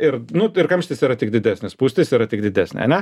ir nu ir kamštis yra tik didesnis spūstis yra tik didesnė ane